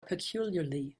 peculiarly